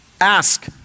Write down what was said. ask